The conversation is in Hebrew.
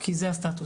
כי זה הסטטוס.